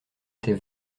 était